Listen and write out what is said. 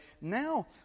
now